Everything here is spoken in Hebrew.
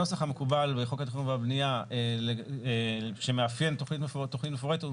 הנוסח המקובל בחוק התכנון והבנייה שמאפיין תכנית מפורטת,